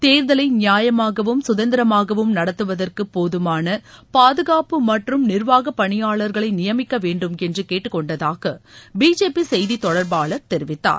தேர்தலை நியாயமாகவும் சுதந்திரமாகவும் நடத்துவதற்கு போதுமான பாதுகாப்பு மற்றும் நிர்வாகப் பணியாளர்களை நியமிக்க வேண்டுமென்று கேட்டுக்கொண்டதாக பிஜேபி செய்தி தொடர்பாளர் தெரிவித்தார்